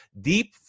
Deep